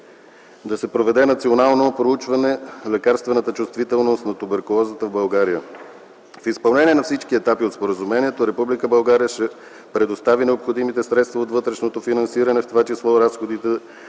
да се проведе национално проучване на лекарствената чувствителност на туберкулозата в България. В изпълнение на всички етапи от споразумението Република България ще предостави необходимите средства от вътрешното финансиране, в това число разходите